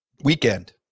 weekend